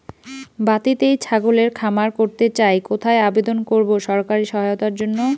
বাতিতেই ছাগলের খামার করতে চাই কোথায় আবেদন করব সরকারি সহায়তার জন্য?